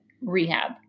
rehab